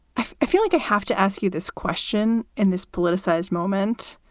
i i feel like i have to ask you this question in this politicized moment,